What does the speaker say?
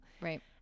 Right